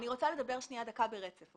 אני רוצה לדבר דקה ברצף.